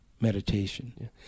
meditation